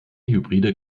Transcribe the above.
hybride